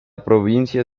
provincia